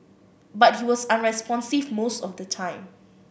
but he was unresponsive most of the time